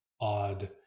odd